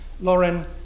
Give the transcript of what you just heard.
Lauren